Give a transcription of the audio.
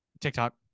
tiktok